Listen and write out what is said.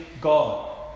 God